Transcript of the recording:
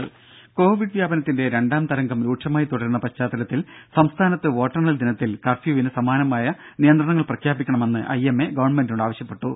ദേദ കൊവിഡ് വ്യാപനത്തിന്റെ രണ്ടാം തരംഗം രൂക്ഷമായി തുടരുന്ന പശ്ചാത്തലത്തിൽ സംസ്ഥാനത്ത് വോട്ടെണ്ണൽ ദിനത്തിൽ കർഫ്യൂവിന് സമാനമായ നിയന്ത്രണങ്ങൾ പ്രഖ്യാപിക്കണമെന്ന് ഐ എം എ ഗവൺമെന്റിനോട് ആവശ്യപ്പെട്ടു